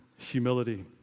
Humility